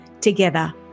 Together